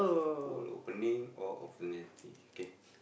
full opening or opportunity okay